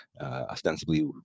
ostensibly